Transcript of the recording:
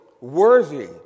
worthy